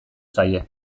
zaie